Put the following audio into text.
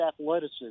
athleticism